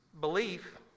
Belief